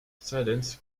silence